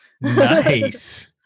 Nice